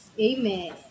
Amen